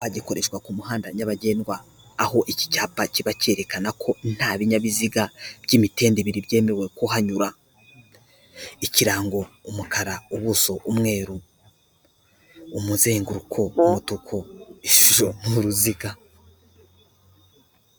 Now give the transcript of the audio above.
Icyapa gikoreshwa ku muhanda nyabagendwa, aho iki cyapa kiba cyerekana ko nta binyabiziga by'imitende bibiri byemewe kuhanyura, ikirango, umukara, ubuso, umweru, umuzenguruko, umutuku, ishusho ni uruziga.